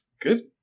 Good